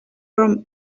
from